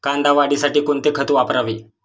कांदा वाढीसाठी कोणते खत वापरावे?